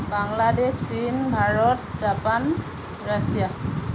বাংলাদেশ চীন Bharat Japan Russia